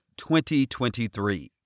2023